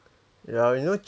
ya you know